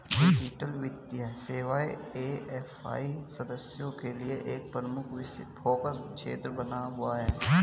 digital वित्तीय सेवाएं AFI सदस्यों के लिए एक प्रमुख फोकस क्षेत्र बना हुआ है